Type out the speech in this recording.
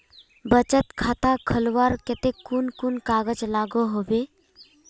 बचत खाता खोलवार केते कुन कुन कागज लागोहो होबे?